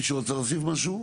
מישהו רוצה להוסיף משהו?